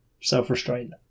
self-restraint